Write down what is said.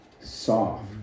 Soft